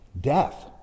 death